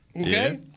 Okay